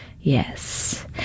Yes